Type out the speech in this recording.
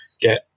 get